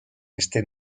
este